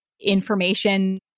information